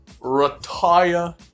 Retire